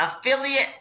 affiliate